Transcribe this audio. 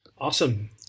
Awesome